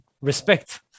respect